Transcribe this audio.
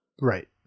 Right